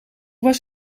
was